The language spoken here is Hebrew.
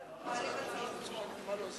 אחרי שאנחנו מעלים הצעות חוק.